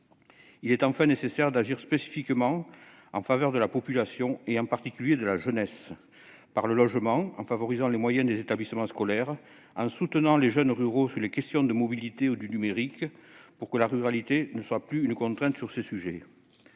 Il est enfin nécessaire d'agir spécifiquement en faveur de la population, en particulier de la jeunesse, en agissant sur le logement, en favorisant les moyens des établissements scolaires et en soutenant les jeunes ruraux sur les questions de mobilité ou du numérique, pour que la ruralité ne soit plus une contrainte sur ces sujets.